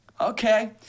okay